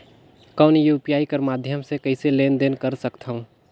कौन यू.पी.आई कर माध्यम से कइसे लेन देन कर सकथव?